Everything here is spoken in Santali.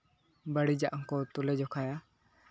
ᱵᱟᱹᱲᱤᱡᱟᱜ ᱦᱚᱸᱠᱚ ᱛᱩᱞᱟᱹ ᱡᱚᱠᱷᱟᱭᱟ